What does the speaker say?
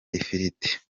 ifiriti